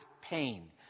pain